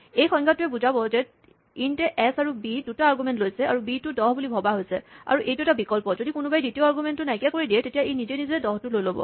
এই সংজ্ঞাটোৱে বুজাব যে ইন্টে এচ আৰু বি দুটা আৰগুমেন্ট লৈছে আৰু বি টো ১০ বুলি ভৱা হৈছে আৰু এইটো এটা বিকল্প যদি কোনোৱাই দ্বিতীয় আৰগুমেন্টটো নাইকিয়া কৰি দিয়ে তেতিয়া ই নিজে নিজে ১০ টো লৈ ল'ব